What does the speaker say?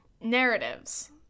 narratives